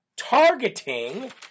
targeting